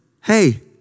hey